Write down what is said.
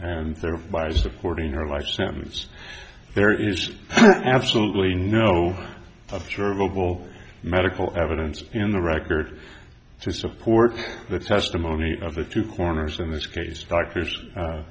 and by supporting her life sentence there is absolutely no observable medical evidence in the record to support the testimony of the two corners in this case doctors